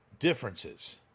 differences